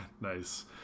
nice